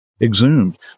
exhumed